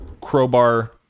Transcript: crowbar